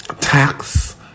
tax